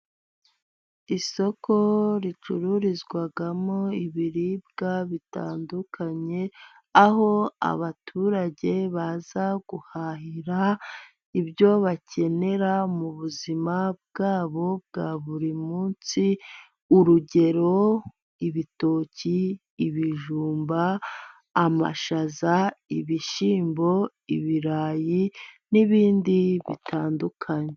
Isoko ricururizwamo ibiribwa bitandukanye, aho abaturage baza guhahira ibyo bakenera mu buzima bwabo bwa buri munsi. Urugero ibitoki, ibijumba, amashaza, ibishyimbo, ibirayi n'ibindi bitandukanye.